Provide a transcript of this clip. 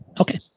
okay